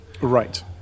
Right